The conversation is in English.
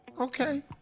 Okay